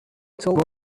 told